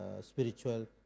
spiritual